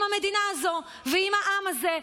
עם המדינה הזו ועם העם הזה.